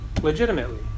legitimately